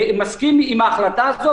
אני מסכים עם ההחלטה הזאת,